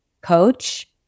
coach